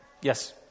yes